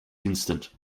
instant